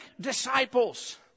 disciples